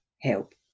help